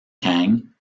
kang